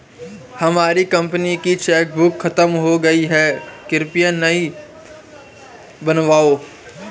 हमारी कंपनी की चेकबुक खत्म हो गई है, कृपया नई बनवाओ